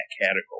category